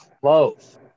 close